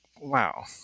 wow